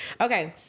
Okay